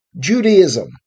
Judaism